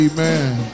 Amen